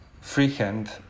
Freehand